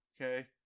okay